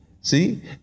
see